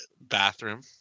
bathroom